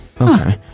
Okay